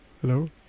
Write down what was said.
Hello